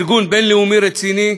ארגון בין-לאומי רציני,